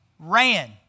Ran